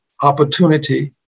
opportunity